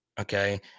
Okay